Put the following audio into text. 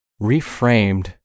reframed